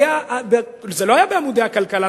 זה לא היה בעמודי הכלכלה,